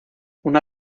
una